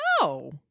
No